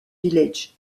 village